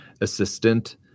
assistant